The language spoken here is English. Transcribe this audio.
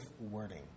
wording